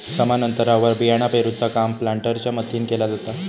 समान अंतरावर बियाणा पेरूचा काम प्लांटरच्या मदतीने केला जाता